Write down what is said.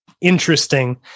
interesting